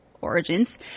Origins